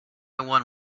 one